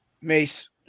Mace